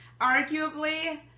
arguably